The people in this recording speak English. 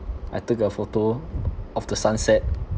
I took a photo of the sunset